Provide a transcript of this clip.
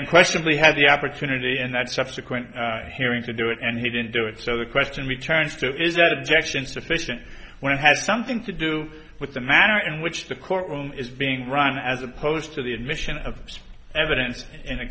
him question we had the opportunity and that subsequent hearing to do it and he didn't do it so the question returned still is that objection sufficient when it had something to do with the manner in which the courtroom is being run as opposed to the admission of evidence in a